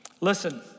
Listen